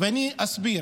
ואני אסביר.